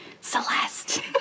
Celeste